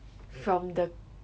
from the